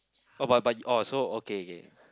oh but but oh so okay okay